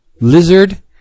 lizard